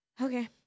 okay